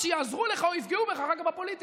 שיעזרו לך או יפגעו בך אחר כך בפוליטיקה.